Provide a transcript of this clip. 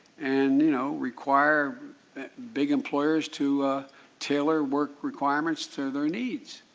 and you know required but big employers to tailor work requirements to their needs.